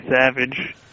Savage